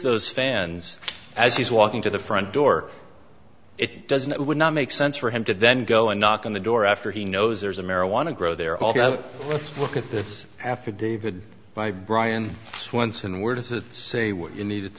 those fans as he's walking to the front door it doesn't it would not make sense for him to then go and knock on the door after he knows there's a marijuana grow there all look at this affidavit by brian swenson were to say what you needed